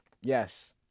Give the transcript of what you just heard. Yes